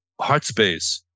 HeartSpace